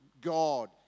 God